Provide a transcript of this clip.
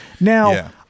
now